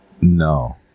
No